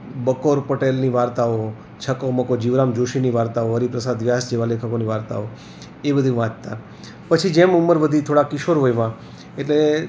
બકોર પટેલની વાર્તાઓ છકો મકો જીવરામ જોશીની વાર્તાઓ હરિપ્રસાદ વ્યાસ જેવા લેખકોની વાર્તાઓ એ બધું વાંચતાં પછી જેમ ઉંમર વધી થોડાક કિશોર વયમાં એટલે